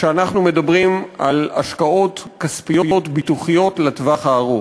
כשאנחנו מדברים על השקעות כספיות ביטוחיות לטווח הארוך.